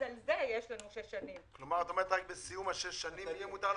את אומרת שרק בסיום שש השנים יהיה מותר לכם,